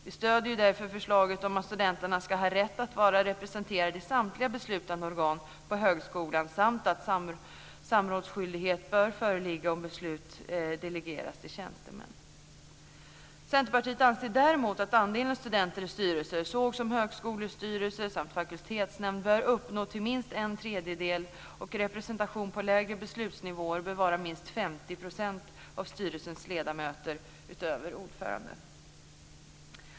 Vi stöder därför förslaget om att studenterna ska ha rätt att vara representerade i samtliga beslutande organ på högskolan samt att samrådsskyldighet bör föreligga om beslut delegeras till tjänstemän. Centerpartiet anser däremot att andelen studenter i styrelser såsom högskolestyrelse samt fakultetsnämnd bör uppgå till minst en tredjedel, och representation på lägre beslutsnivåer bör vara minst 50 % av styrelsens ledamöter utöver ordföranden.